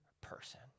person